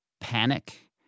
panic